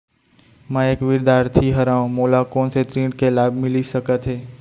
मैं एक विद्यार्थी हरव, मोला कोन से ऋण के लाभ मिलिस सकत हे?